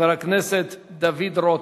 חבר הכנסת דוד רותם.